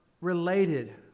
related